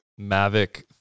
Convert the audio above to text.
Mavic